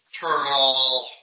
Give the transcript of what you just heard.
Turtle